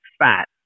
fat